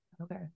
Okay